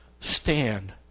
stand